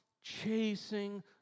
chasing